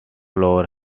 floor